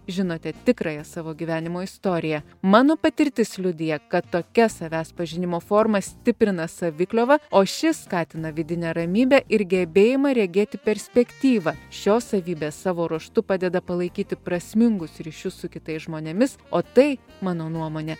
žinote tikrąją savo gyvenimo istoriją mano patirtis liudija kad tokia savęs pažinimo forma stiprina savikliovą o ši skatina vidinę ramybę ir gebėjimą regėti perspektyvą šios savybės savo ruožtu padeda palaikyti prasmingus ryšius su kitais žmonėmis o tai mano nuomone